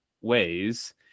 ways